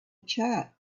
chart